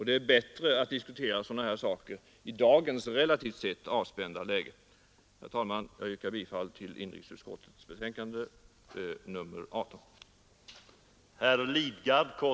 Det är bäst att diskutera sådana här saker i dagens relativt avspända läge. Herr talman! Jag yrkar bifall till inrikesutskottets skrivning i betänkandet nr 18.